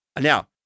Now